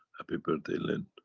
happy birthday lin,